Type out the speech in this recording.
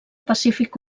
pacífic